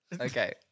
Okay